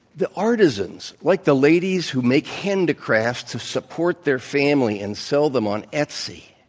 the artisans, like the ladies who make handicrafts to support their family and sell them on etsy.